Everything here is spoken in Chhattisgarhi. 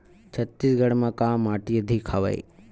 छत्तीसगढ़ म का माटी अधिक हवे?